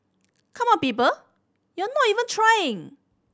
come on people you're not even trying